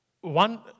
one